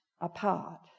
apart